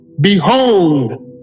Behold